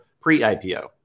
pre-ipo